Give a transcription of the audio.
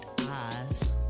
eyes